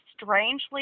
strangely